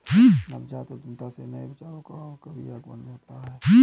नवजात उद्यमिता से नए विचारों का भी आगमन होता है